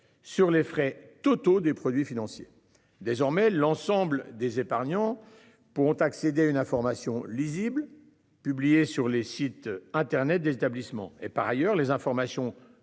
sur les frais totaux des produits financiers désormais l'ensemble des épargnants pourront accéder à une information lisible publiées sur les sites internet des établissements et par ailleurs les informations